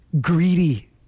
greedy